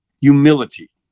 humility